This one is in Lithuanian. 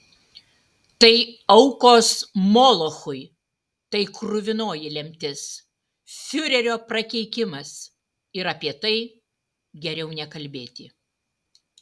tai aukos molochui tai kruvinoji lemtis fiurerio prakeikimas ir apie tai geriau nekalbėti